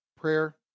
Prayer